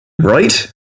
Right